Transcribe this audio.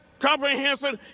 comprehensive